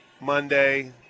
Monday